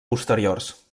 posteriors